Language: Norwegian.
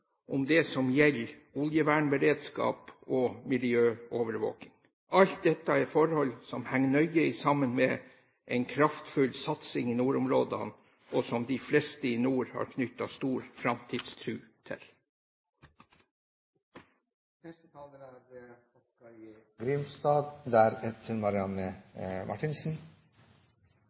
om det som gjelder oljevernberedskap og miljøovervåking. Alt dette er forhold som henger nøye sammen med en kraftfull satsing i nordområdene, og som de fleste i nord har knyttet stor framtidstro til. Framstegspartiet er